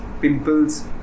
pimples